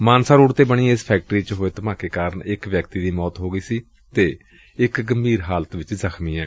Mansa road ਤੇ ਬਣੀ ਇਸ ਫੈਕਟਰੀ ਵਿਚ ਹੋਏ ਧਮਾਕੇ ਕਾਰਨ ਇਕ ਵਿਅਕਤੀ ਦੀ ਮੌਤ ਹੋ ਗਈ ਅਤੇ ਇਕ ਗੰਭੀਰ ਹਾਲਤ ਵਿਚ ਜ਼ਖ਼ਮੀ ਏ